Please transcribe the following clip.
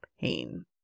pain